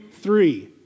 three